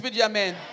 amen